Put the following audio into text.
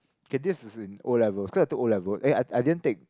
K this is in O-levels cause I took O-level eh I I didn't take